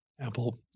Apple